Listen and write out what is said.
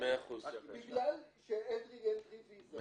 בגלל שאין לי --- ויזה.